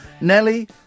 Nelly